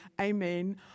Amen